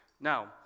Now